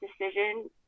decision